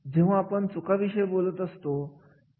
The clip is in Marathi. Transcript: हे गुण जबाबदारीसाठी अडचणी सोडवण्यासाठी आणि माहितीसाठी होते